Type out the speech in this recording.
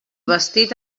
vestit